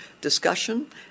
discussion